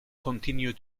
continue